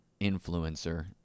influencer